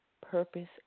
purpose